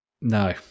no